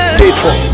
faithful